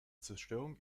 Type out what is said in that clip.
zerstörung